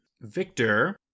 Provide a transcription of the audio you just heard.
Victor